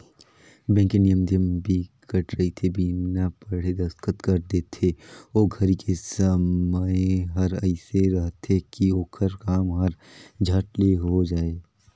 bank के नियम धियम बिकट रहिथे बिना पढ़े दस्खत कर देथे ओ घरी के समय हर एइसे रहथे की ओखर काम हर झट ले हो जाये